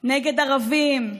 נגד ערבים,